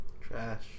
trash